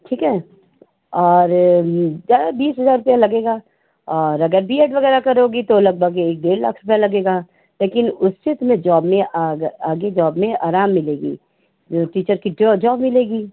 ठीक है और ज्यादा बीस हज़ार रुपये लगेगा और अगर बी एड वगैरह करोगी तो लगभग एक डेढ़ लाख रुपये लगेगा लेकिन उससे तुम्हें जॉब में आगे आगे जॉब में आराम मिलेगी जो टीचर की जॉब मिलेगी